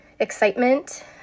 excitement